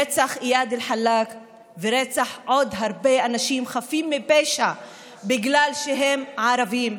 רצח איאד אלחלאק ורצח עוד הרבה אנשים חפים מפשע בגלל שהם ערבים,